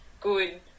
good